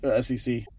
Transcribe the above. SEC